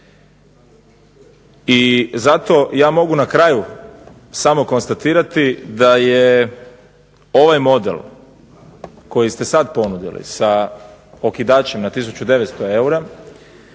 I zato ja mogu na kraju samo konstatirati da je ovaj model koji ste sad ponudili sa okidačem na 1900 eura